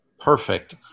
Perfect